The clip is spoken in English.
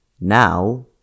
now